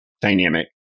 dynamic